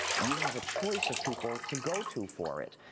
you have a choice of people to go to for it,